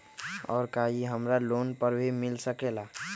और का इ हमरा लोन पर भी मिल सकेला?